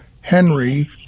Henry